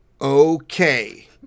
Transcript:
Okay